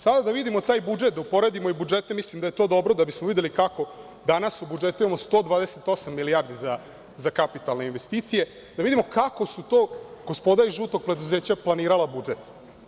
Sada da vidimo i taj budžete, da uporedimo budžete, mislim da je to dobro da bismo videli kako danas u budžetu imamo 128 milijardi za kapitalne investicije, da vidimo kako su to gospoda iz žutog preduzeća planirala budžet.